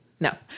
No